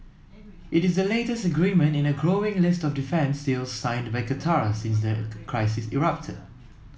it is the latest agreement in a growing list of defence deals signed by Qatar since the crisis erupted